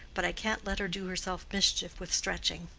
but i can't let her do herself mischief with stretching.